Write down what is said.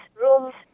rooms